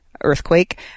earthquake